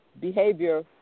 behavior